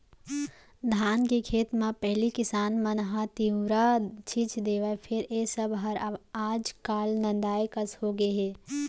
धान के खेत म पहिली किसान मन ह तिंवरा छींच देवय फेर ए सब हर आज काल नंदाए कस होगे हे